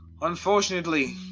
unfortunately